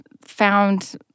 found